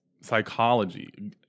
psychology